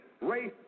Race